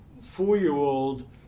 four-year-old